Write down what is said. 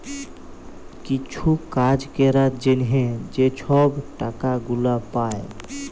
কিছু কাজ ক্যরার জ্যনহে যে ছব টাকা গুলা পায়